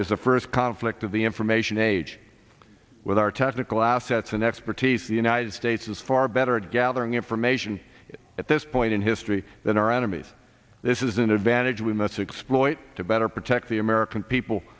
is the first conflict for the information age with our technical assets and expertise the united states is far better at gathering information at this point in history than our enemies this is an advantage we must exploited to better protect the american people